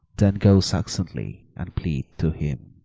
then go successantly, and plead to him.